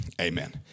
amen